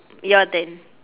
your turn